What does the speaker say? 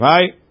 Right